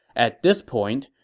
at this point,